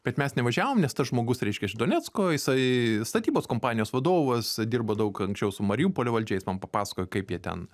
bet mes nevažiavom nes tas žmogus reiškia iš donecko jisai statybos kompanijos vadovas dirbo daug anksčiau su mariupolio valdžia jis man papasakojo kaip jie ten